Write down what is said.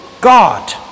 God